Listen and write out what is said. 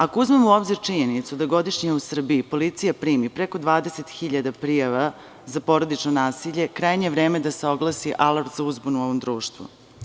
Ako uzmemo u obzir činjenicu da godišnje u Srbiji policija primi preko 20 hiljada prijava za porodično nasilje, krajnje je vreme da se oglasi alarm za uzbunu u ovom društvu.